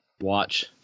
watch